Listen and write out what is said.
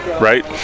right